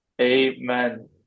Amen